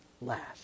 last